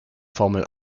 formel